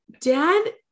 dad